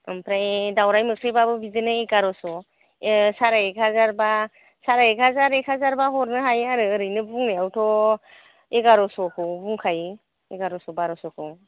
ओमफ्राय दावराय मोख्रेबाबो बिदिनो एगारस' साराय एकहाजार बा साराय एक हाजार एक हाजार बा हरनो हायो आरो ओरैनो बुंनायाथ' एगारस'खौ बुंखायो एगारस' बार'स'खौ